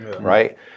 right